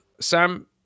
Sam